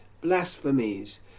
blasphemies